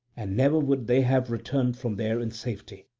and never would they have returned from there in safety.